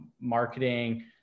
marketing